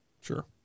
Sure